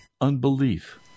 unbelief